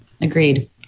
agreed